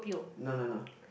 no no no